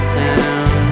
town